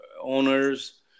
owners